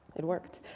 it worked.